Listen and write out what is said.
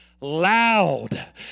loud